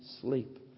sleep